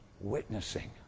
witnessing